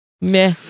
meh